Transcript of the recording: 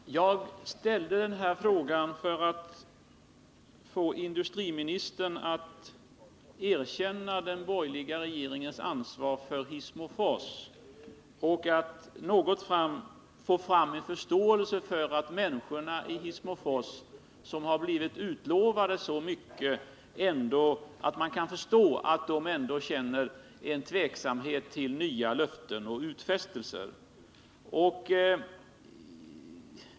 Herr talman! Jag ställde den här frågan för att få industriministern att erkänna den borgerliga regeringens ansvar för Hissmofors, och för att få fram en förståelse för att människorna i Hissmofors, som blivit lovade så mycket, känner tveksamhet inför nya löften och utfästelser.